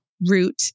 root